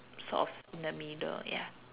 sort of in the middle ya